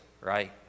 right